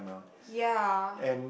ya